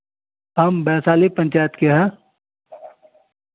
हम वैशाली पंचायत के हाँ